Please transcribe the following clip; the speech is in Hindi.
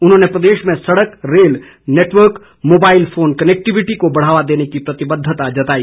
उन्होंने प्रदेश में सड़क rail network mobile phone connectivity को बढ़ावा देने की प्रतिबद्धता जताई